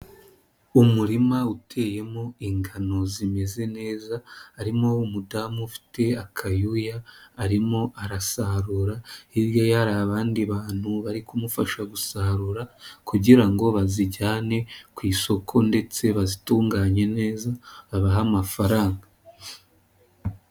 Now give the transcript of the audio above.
Umurima uteyemo ingano zimeze neza, harimo umudamu ufite akayuya arimo arasarura, hirya ye hari abandi bantu bari kumufasha gusarura kugira ngo bazijyane ku isoko ndetse bazitunganye neza babahe amafaranga.